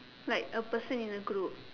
like a person in a group